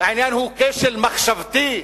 העניין הוא כשל מחשבתי,